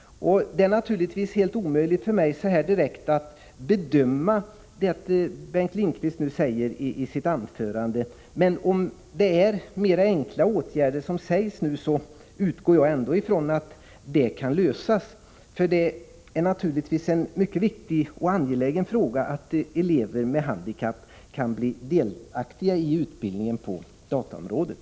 Det är naturligtvis omöjligt för mig att utan vidare ta ställning till det som Bengt Lindqvist sade i sitt anförande, men om det är fråga om enklare åtgärder, såsom nyss sades, utgår jag ändå från att det gäller önskemål som kan tillgodoses, med tanke på den stora betydelse som det har att elever med handikapp kan bli delaktiga i utbildningen på dataområdet.